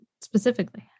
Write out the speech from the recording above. specifically